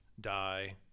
die